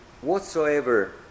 whatsoever